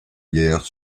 guerre